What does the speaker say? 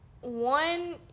one